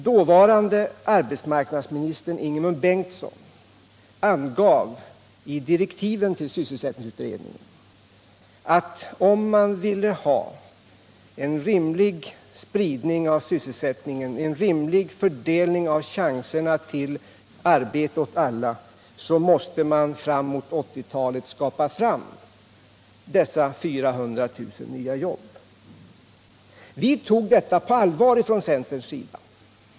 Dåvarande arbetsmarknadsministern Ingemund Bengtsson angav i direktiven till sysselsättningsutredningen att om man ville ha en rimlig spridning av sysselsättningen, en rimlig fördelning av chanserna till arbete åt alla, så måste man till 1980-talet skaffa fram dessa 400 000 nya jobb. Vi tog detta på allvar från centerns sida.